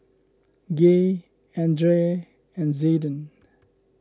Gay andrae and Zayden